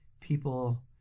people